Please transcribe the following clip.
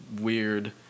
weird